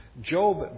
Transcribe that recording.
Job